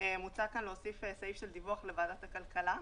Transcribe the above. מוצע כאן להוסיף סעיף של דיווח לוועדת הכלכלה,